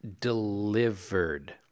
Delivered